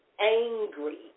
angry